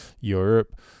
Europe